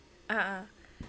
a'ah